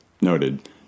Noted